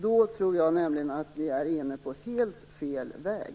Då tror jag nämligen att vi är inne på helt fel väg.